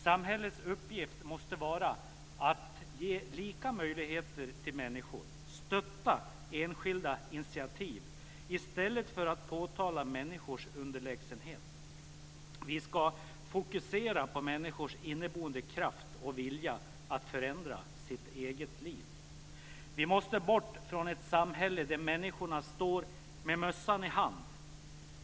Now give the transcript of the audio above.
Samhällets uppgift måste vara att ge lika möjligheter till människor och stötta enskilda initiativ i stället för att påtala människors underlägsenhet. Vi ska fokusera på människors inneboende kraft och vilja att förändra sitt eget liv. Vi måste bort från ett samhälle där människorna står med mössan i hand.